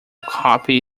copy